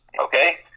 Okay